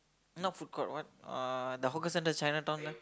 not food court what uh the hawker centre in Chinatown there